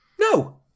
No